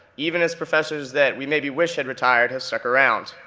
even as professors that we maybe wish had retired have stuck around.